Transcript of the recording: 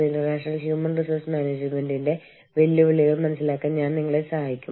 കൂടാതെ നമ്മൾ പൊതുവായി ധാർമ്മികത നിയമം എന്നിവയെക്കുറിച്ച് സംസാരിച്ചു